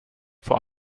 vor